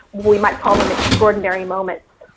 we might call them extraordinary moments,